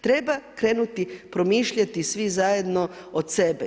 Treba krenuti promišljati svi zajedno od sebe.